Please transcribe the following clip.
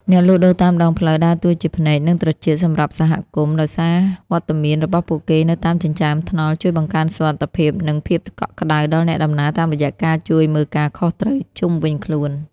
អ្នកលក់ដូរតាមដងផ្លូវដើរតួជា "ភ្នែក និងត្រចៀក" សម្រាប់សហគមន៍ ដោយសារវត្តមានរបស់ពួកគេនៅតាមចិញ្ចើមថ្នល់ជួយបង្កើនសុវត្ថិភាព និងភាពកក់ក្ដៅដល់អ្នកដំណើរតាមរយៈការជួយមើលការខុសត្រូវជុំវិញខ្លួន។